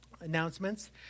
Announcements